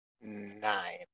Nine